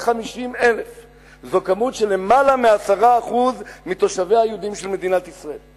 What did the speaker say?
650,000. זו כמות של יותר מ-10% מתושביה היהודים של מדינת ישראל,